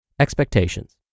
Expectations